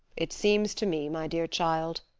it seems to me, my dear child,